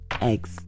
Eggs